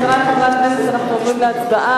ובכן, חברי חברי הכנסת, אנחנו עוברים להצבעה.